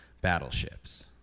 battleships